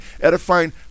edifying